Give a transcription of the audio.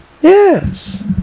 Yes